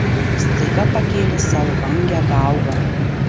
staiga pakėlė savo vangią galvą